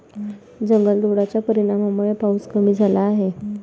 जंगलतोडाच्या परिणामामुळे पाऊस कमी झाला आहे